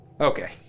Okay